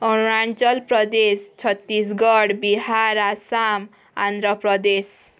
Arunachal Pradesh Chhattisgarh Bihar Assam Andhra Pradesh